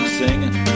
singing